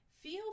feel